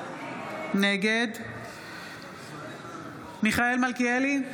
נגד מיכאל מלכיאלי,